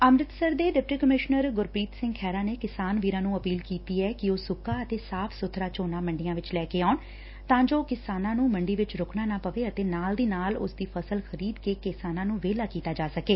ਅੰਮ੍ਤਿਤਸਰ ਦੇ deputy commissioner Gurpreet Singh Khaira ਨੇ ਕਿਸਾਨਾਂ ਨੂੰ ਅਪੀਲ ਕੀਤੀ ਕਿ ਉਹ ਸੁੱਕਾ ਅਤੇ ਸਾਫ ਸੂਬਰਾ ਝੋਨਾ ਮੰਡੀਆਂ ਵਿਚ ਲੈ ਕੇ ਆਉਣ ਤਾਂ ਜੋ ਕਿਸਾਨ ਨੂੰ ਮੰਡੀ ਵਿਚ ਰੁਕਣਾ ਨਾ ਪਵੇ ਅਤੇ ਨਾਲ ਦੀ ਨਾਲ ਉਸਦੀ ਫਸਲ ਖਰੀਦ ਕੇ ਕਿਸਾਨ ਨੰ ਵਿਹਲਾ ਕੀਤਾ ਜਾ ਸਕੇ